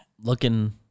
Looking